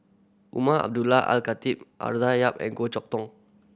Umar Abdullah Al Khatib Yap and Goh Chok Tong